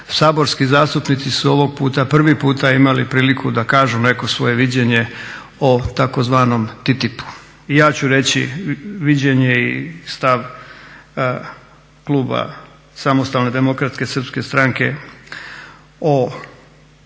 Saborski zastupnici su ovog puta, prvi puta imali priliku da kažu neko svoje viđenje o tzv. TTIP-u. I ja ću reći viđenje i stav kluba Samostalne demokratske srpske stranke o